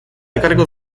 ekarriko